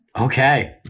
Okay